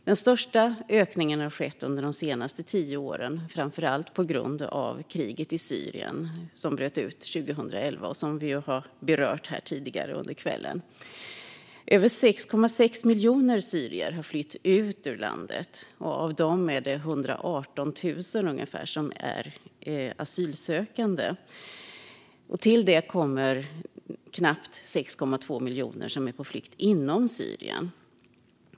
Den största ökningen har skett under de senaste åren, framför allt på grund av kriget i Syrien som bröt ut 2011. Detta har berörts tidigare här under kvällen. Över 6,6 miljoner syrier har flytt ut ur landet. Av dem är ungefär 118 000 asylsökande. Till det kommer knappt 6,2 miljoner som är på flykt inom Syrien.